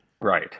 Right